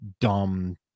dumb